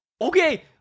Okay